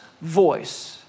voice